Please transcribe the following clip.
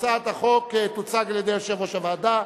הצעת החוק תוצג על-ידי יושב-ראש הוועדה.